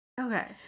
Okay